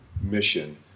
mission